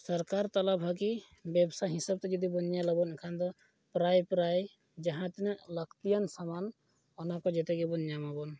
ᱥᱚᱨᱠᱟᱨ ᱛᱟᱞᱟ ᱵᱷᱟᱹᱜᱤ ᱵᱮᱵᱽᱥᱟ ᱦᱤᱥᱟᱹᱵᱽᱛᱮ ᱡᱩᱫᱤᱵᱚᱱ ᱧᱮᱞᱟᱵᱚᱱ ᱮᱱᱠᱷᱟᱱ ᱫᱚ ᱯᱨᱟᱭᱼᱯᱨᱟᱭ ᱡᱟᱦᱟᱸ ᱛᱤᱱᱟᱹᱜ ᱞᱟᱹᱠᱛᱤᱭᱟᱱ ᱥᱟᱢᱟᱱ ᱚᱱᱟᱠᱚ ᱡᱮᱛᱮ ᱜᱮᱵᱚᱱ ᱧᱟᱢ ᱟᱵᱚᱱ